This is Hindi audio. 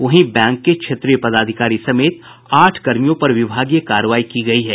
वहीं बैंक के क्षेत्रीय पदाधिकारी समेत आठ कर्मियों पर विभागीय कार्रवाई की गयी है